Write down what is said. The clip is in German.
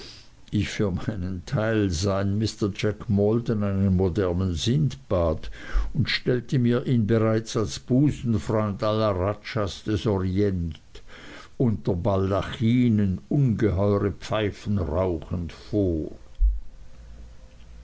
ich für meinen teil sah in mr jack maldon einen modernen sindbad und stellte mir ihn bereits als busenfreund aller radschas des orients unter baldachinen ungeheure pfeifen rauchend vor